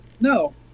No